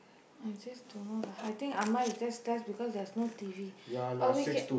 I just don't know lah I think அம்மா:ammaa is just stress because there's no T_V but we can